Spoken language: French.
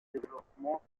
développement